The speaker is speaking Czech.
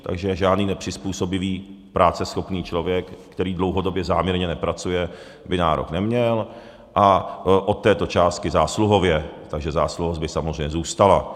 Takže žádný nepřizpůsobivý práceschopný člověk, který dlouhodobě záměrně nepracuje, by nárok neměl a od této částky zásluhově, takže zásluhovost by samozřejmě zůstala.